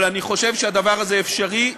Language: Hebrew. אבל אני חושב שהדבר הזה אפשרי,